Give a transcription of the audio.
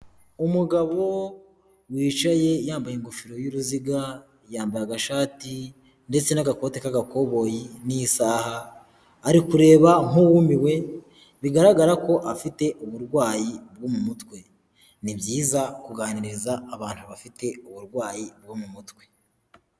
Umugabo wicaye yambaye ingofero y'uruziga yambaye agashati ndetse n'agakote k'agakoboyi n'isaha. Ari kureba nk'uwumiwe bigaragara ko afite uburwayi bwo mu mutwe, ni byiza kuganiriza abantu bafite uburwayi bwo mu mutwe.